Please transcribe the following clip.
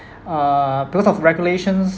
err because of regulations